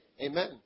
Amen